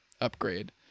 upgrade